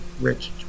Rich